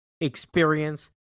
experience